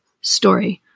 story